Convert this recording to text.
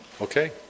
Okay